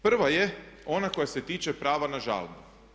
Prva je ona koja se tiče prava na žalbu.